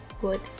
Good